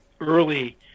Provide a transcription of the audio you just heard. Early